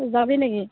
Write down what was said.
তে যাবি নেকি